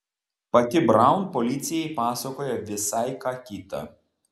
pati braun policijai pasakoja visai ką kitą